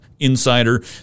Insider